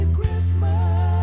Christmas